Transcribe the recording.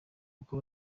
uko